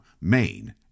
Maine